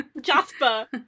Jasper